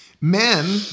Men